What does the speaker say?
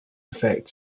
effect